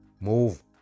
Move